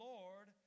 Lord